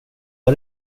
har